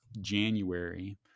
January